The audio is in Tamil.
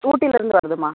ஊட்டிலேர்ந்து வருதும்மா